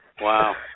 Wow